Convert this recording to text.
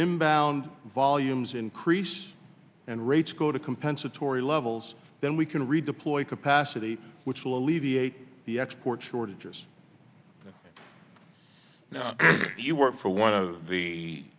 imbalance volumes increase and rates go to compensatory levels then we can redeploy capacity which will alleviate the export shortages if you work for one of the